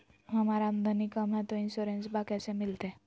हमर आमदनी कम हय, तो इंसोरेंसबा कैसे मिलते?